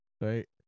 right